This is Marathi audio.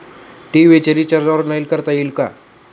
टी.व्ही चे रिर्चाज ऑनलाइन करता येईल का?